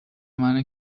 منو